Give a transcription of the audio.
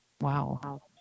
Wow